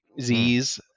z's